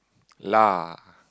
lah